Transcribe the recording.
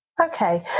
Okay